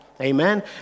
Amen